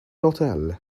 hotel